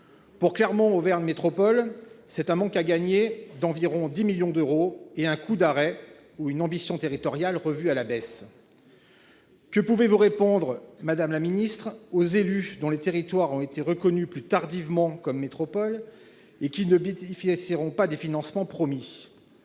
Pour Clermont Auvergne Métropole, c'est un manque à gagner d'environ 10 millions d'euros, soit un coup d'arrêt ou une ambition territoriale revue à la baisse. Que pouvez-vous répondre, madame la ministre, aux élus dont les territoires ont été reconnus plus tardivement comme métropoles et qui ne bénéficieront pas des financements promis ?